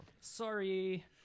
Sorry